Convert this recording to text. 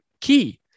key